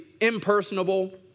impersonable